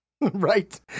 right